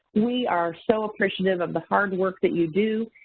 we are so appreciative of the hard work that you do.